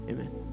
Amen